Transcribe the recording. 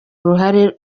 uruhare